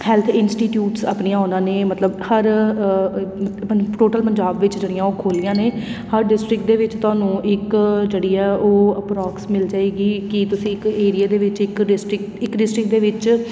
health institutes ਆਪਣੀਆਂ ਉਹਨਾਂ ਨੇ ਮਤਲਬ ਹਰ ਟੋਟਲ ਪੰਜਾਬ ਵਿੱਚ ਜਿਹੜੀਆਂ ਉਹ ਖੋਲ੍ਹੀਆਂ ਨੇ ਹਰ ਡਿਸਟ੍ਰਿਕਟ ਦੇ ਵਿੱਚ ਤੁਹਾਨੂੰ ਇੱਕ ਜਿਹੜੀ ਆ ਉਹ ਅਪਰੋਕਸ ਮਿਲ ਜਾਵੇਗੀ ਕਿ ਤੁਸੀਂ ਇੱਕ ਏਰੀਏ ਦੇ ਵਿੱਚ ਇੱਕ ਡਿਸਟ੍ਰਿਕਟ ਇੱਕ ਡਿਸਟ੍ਰਿਕਟ ਦੇ ਵਿੱਚ